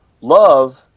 love